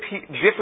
different